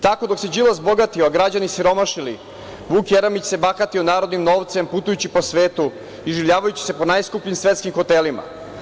Tako, dok se Đilas bogatio, a građani siromašili, Vuk Jeremić se bahatio narodnim novcem putujući po svetu, iživljavajući se po najskupljim svetskim hotelima.